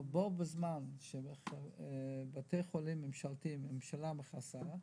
אבל בו בזמן שבבתי החולים הממשלתיים הממשלה מכסה,